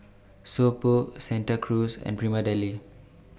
So Pho Santa Cruz and Prima Deli